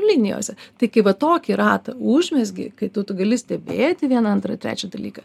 linijose tai kai va tokį ratą užmezgi kai tu tu gali stebėti vieną antrą trečią dalyką